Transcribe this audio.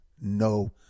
no